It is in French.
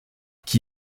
qui